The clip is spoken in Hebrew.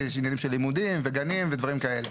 יש עניינים של לימודים וגנים ודברים כאלה.